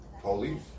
police